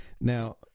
now